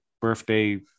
birthday